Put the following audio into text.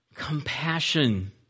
compassion